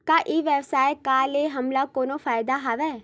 का ई व्यवसाय का ले हमला कोनो फ़ायदा हवय?